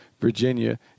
Virginia